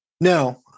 No